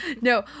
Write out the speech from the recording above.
no